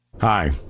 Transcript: Hi